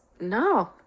No